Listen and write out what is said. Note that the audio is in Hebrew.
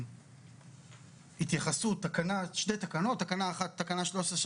התייחסות שתי תקנות תקנה 13,